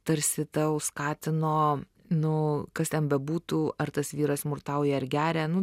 tarsi tau skatino nu kas ten bebūtų ar tas vyras smurtauja ar geria nu